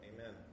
Amen